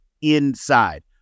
inside